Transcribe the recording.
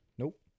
Nope